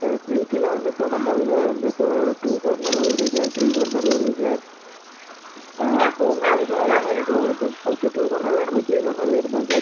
sir ப்ரீத்தில வந்து இப்போ நம்ம இதில் வந்து இப்போ டூ பர்னர் வருது சார் த்ரீ பர்னர் வருது சார் இப்போ உங்களுக்கு இப்போ அதேமாதிரி உங்களுக்கு ஃபஸ்ட்டு டூ பர்னர் வேணுமா த்ரீ பர்னர் வேணுமா சார்